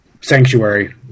sanctuary